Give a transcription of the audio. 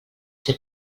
ser